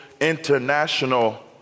International